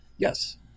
Yes